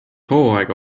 hooaega